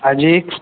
હાજી